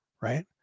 right